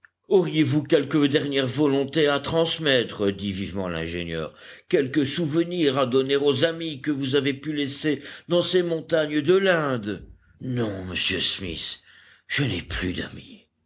auriez-vous quelque dernière volonté à transmettre dit vivement l'ingénieur quelque souvenir à donner aux amis que vous avez pu laisser dans ces montagnes de l'inde non monsieur smith je n'ai plus d'amis